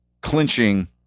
clinching